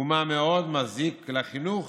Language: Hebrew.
ומה מאוד מזיק לחינוך